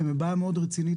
הם בבעיה רצינית מאוד.